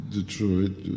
Detroit